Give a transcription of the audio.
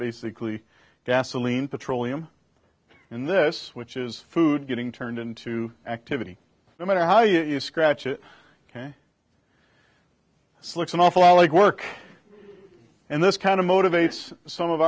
basically gasoline petroleum in this which is food getting turned into activity no matter how you scratch it ok looks an awful lot like work and this kind of motivates some of